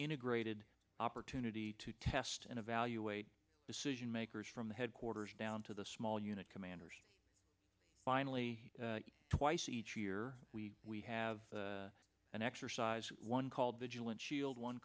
integrated opportunity to test and evaluate decision makers from headquarters down to the small unit commanders finally twice each year we we have an exercise one called vigilant shield one